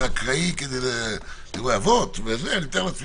מומחית לענייני משפחה כבר הרבה שנים וגם כתבתי ספר